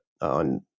on